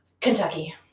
Kentucky